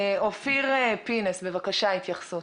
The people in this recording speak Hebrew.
אופיר פינס, בבקשה, התייחסות.